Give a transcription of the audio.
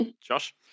Josh